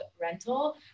Rental